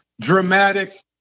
dramatic